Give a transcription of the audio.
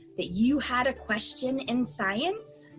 that you had a question in science?